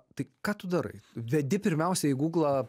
tai ką tu darai vedi pirmiausia į guglą